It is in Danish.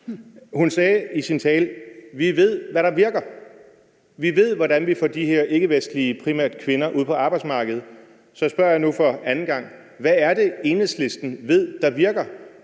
Hun sagde i sin tale: Vi ved, hvad der virker; vi ved, hvordan vi får de her primært ikkevestlige kvinder ud på arbejdsmarkedet. Så spørger jeg nu for anden gang: Hvad er det, Enhedslisten ved der virker,